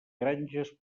granges